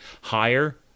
higher